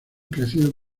crecido